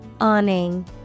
Awning